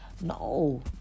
no